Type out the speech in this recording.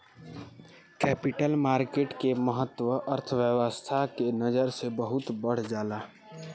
capital market के महत्त्व अर्थव्यस्था के नजर से बहुत बढ़ जाला